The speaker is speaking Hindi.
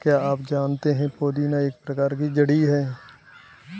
क्या आप जानते है पुदीना एक प्रकार की जड़ी है